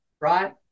right